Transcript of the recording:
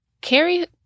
Carrie